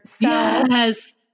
Yes